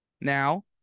Now